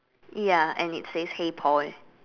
ya and it says hey Paul